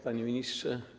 Panie Ministrze!